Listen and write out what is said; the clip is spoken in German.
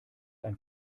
ein